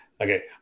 Okay